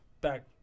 Back